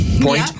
point